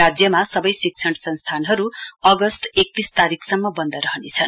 राज्यमा सवै शिक्षण संस्थानहरु अगस्त एकतीस तारीकसम्म वन्द रहनेछन्